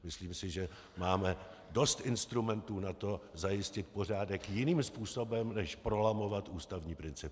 Myslím si, že máme dost instrumentů na to, zajistit pořádek jiným způsobem než prolamovat ústavní principy.